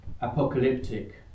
apocalyptic